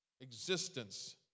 existence